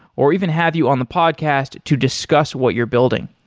or even have you on the podcast to discuss what you're building.